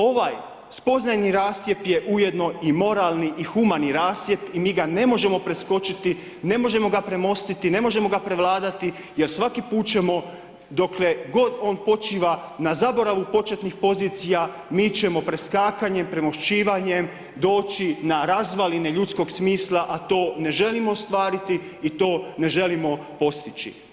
Ova spoznajni rascjepk je ujedno i moralni i humani rascjep i mi ga ne možemo preskočiti, ne možemo ga premostiti, ne možemo ga prevladati, jer svaki put ćemo, doke god on počiva, na zaborav početnih pozicija, mi ćemo, preskakanjem, premošćivanjem doći na razvaline ljudskog smisla, a to ne želimo ostvariti i to ne želimo postići.